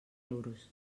euros